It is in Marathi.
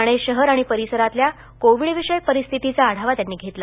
ठाणे शहर आणि परिसरातल्या कोविड विषयक परिस्थितीचा आढावा त्यांनी घेतला